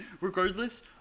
Regardless